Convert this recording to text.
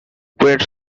were